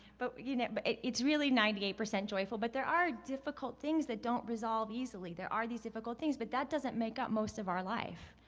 but you know but it's really ninety eight percent joyful. but there are difficult things that don't resolve easily. there are these difficult things. but that doesn't make up most of our life.